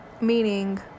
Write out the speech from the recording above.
Meaning